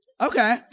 Okay